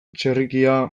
txerrikia